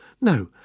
No